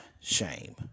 shame